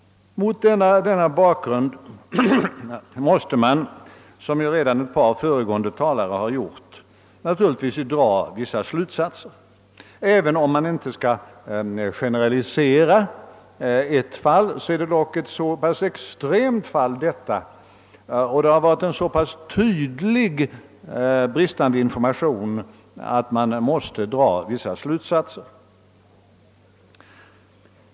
Mot denna bakgrund måste man, som redan ett par föregående talare har gjort, dra vissa slutsatser. Även om man inte bör generalisera med utgångspunkt i ett enda fall, är detta dock ett så pass extremt fall och bristerna i informationen så tydliga att det motiverar vissa viktiga slutsatser.